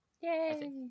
Yay